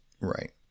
Right